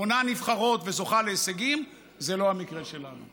בונה נבחרות וזוכה להישגים זה לא המקרה שלנו.